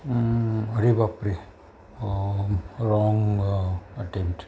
रेबाप्रे wrong attempt